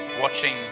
watching